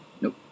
Nope